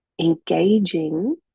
engaging